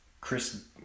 Chris